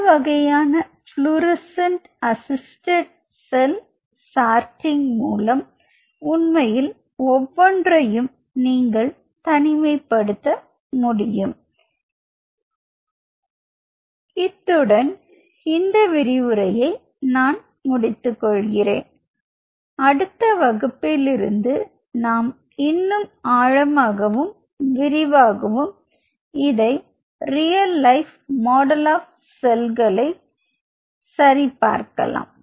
இந்த வகையான fluorescent assisted cell sorting மூலம் உண்மையில் ஒவ்வொன்றையும் நீங்கள் தனிமைப்படுத்த முடியும் இத்துடன் இந்த விரிவுரையை நான் முடித்துக்கொள்கிறேன் அடுத்த வகுப்பில் இருந்து நாம் இன்னும் விரிவாகவும் ஆழமாகவும் இதை ரியல் லைப் மாடல் ஆஃப் செல்களைச் சரி பார்க்கலாம்